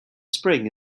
spring